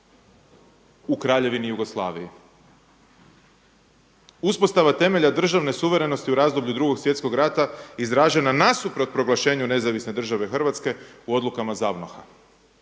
u Kraljevini Jugoslaviji. Uspostava temelja državne suverenosti u razdoblju Drugog svjetskog rata izražena nasuprot proglašenju Nezavisne Države Hrvatske u odukama ZAVNOH-a,